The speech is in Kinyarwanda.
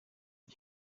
jye